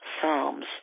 Psalms